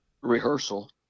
rehearsal